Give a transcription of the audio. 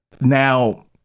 Now